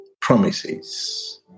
promises